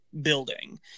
building